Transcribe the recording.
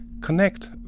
Connect